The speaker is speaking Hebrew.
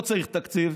לא צריך תקציב.